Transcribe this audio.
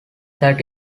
that